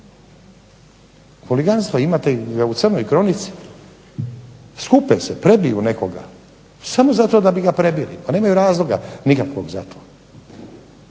Huliganstvo, imate ga u crnoj kronici, skupe se, prebiju nekoga, samo zato da bi ga prebili, pa nemaju razloga nikakvog za to.